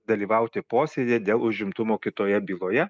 dalyvauti posėdyje dėl užimtumo kitoje byloje